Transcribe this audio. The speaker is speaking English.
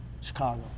Chicago